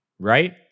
right